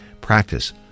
practice